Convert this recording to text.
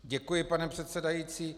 Děkuji, pane předsedající.